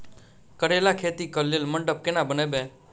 करेला खेती कऽ लेल मंडप केना बनैबे?